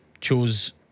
chose